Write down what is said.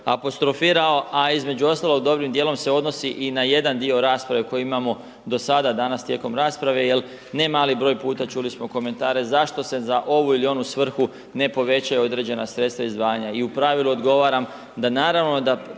apostrofirao a između ostalog dobrim dijelom se odnosi i na jedan dio rasprave koji imamo do sada tijekom rasprave jer ne mali broj puta čuli smo komentare zašto se za ovu ili onu svrhu ne povećaju određena sredstva izdvajanja. I u pravilu odgovaram da naravno da